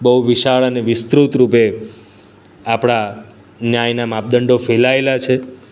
બહુ વિશાળ અને વિસ્તૃત રૂપે આપણા ન્યાયના માપદંડો ફેલાયેલા છે